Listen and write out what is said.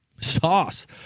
sauce